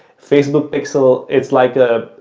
facebook pixel, it's like ah